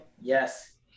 Yes